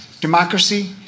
democracy